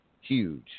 huge